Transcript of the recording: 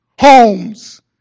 homes